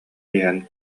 иһэн